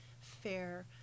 fair